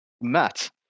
Matt